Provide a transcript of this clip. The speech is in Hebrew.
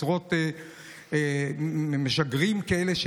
עשרות משגרים כאלה.